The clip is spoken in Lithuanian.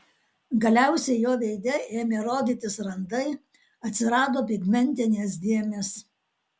galiausiai jo veide ėmė rodytis randai atsirado pigmentinės dėmės